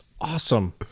awesome